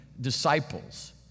disciples